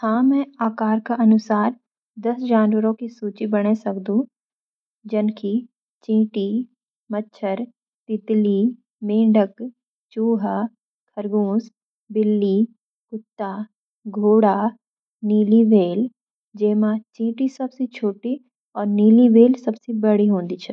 हाँ, मैं आकार अनुसार दस जनावरों की सूची बणौण च: चींटी मच्छर तितली मेंढ़क चूहा खरगोश बिल्ली कुत्ता घोड़ा नीली व्हेल चींटी सबसे छोटी और नीली व्हेल सबसे बड्डी।